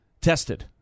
tested